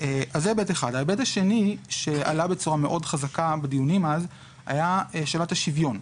ההיבט השני שעלה בצורה חזקה מאוד בדיונים אז היה שאלת השוויון.